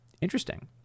interesting